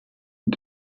und